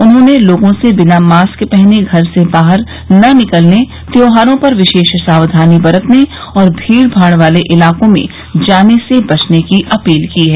उन्होंने लोगों से बिना मास्क पहने घर से बाहर न निकलने त्यौहारों पर विशेष सावधानी बरतने और भीड़भाड़ इलाकों में जाने से बचने की अपील की है